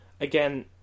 Again